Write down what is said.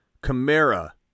Camara